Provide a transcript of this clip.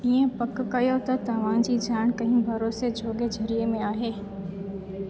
इअं पक कयो त तव्हांजी ॼान कंहिं भरोसे झोॻे ज़रीए मां आहे